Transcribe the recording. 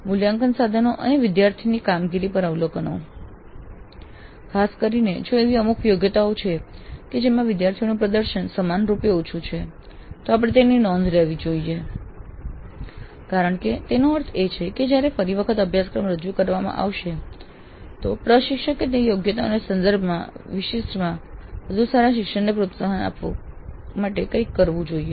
મૂલ્યાંકન સાધનો અને વિદ્યાર્થીની કામગીરી પર અવલોકનો ખાસ કરીને જો એવી અમુક યોગ્યતાઓ છે કે જેમાં વિદ્યાર્થીઓનું પ્રદર્શન સમાનરૂપે ઓછું છે તો આપણે તેની નોંધ લેવી જોઈએ કારણ કે તેનો અર્થ એ છે કે જયારે ફરી વખત અભ્યાસક્રમ રજૂ કરવામાં આવશે પ્રશિક્ષકે તે યોગ્યતાઓના સંદર્ભમાં વધુ સારા શિક્ષણને પ્રોત્સાહન આપવા માટે કંઈક કરવું જોઈએ